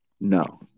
No